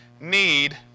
need